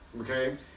Okay